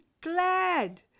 glad